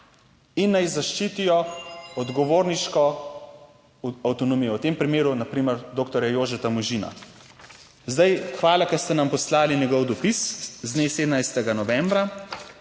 in naj zaščitijo odgovorniško avtonomijo, v tem primeru na primer doktorja Jožeta Možina. Zdaj, hvala, ker ste nam poslali njegov dopis z dne 17. novembra